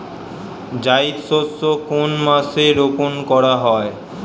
জায়িদ শস্য কোন মাসে রোপণ করা হয়?